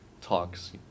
talks